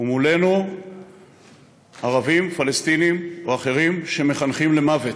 ומולנו ערבים פלסטינים או אחרים, שמחנכים למוות,